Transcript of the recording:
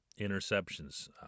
interceptions